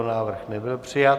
Návrh nebyl přijat.